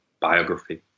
biography